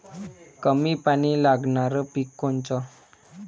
कमी पानी लागनारं पिक कोनचं?